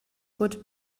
would